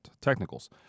technicals